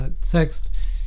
text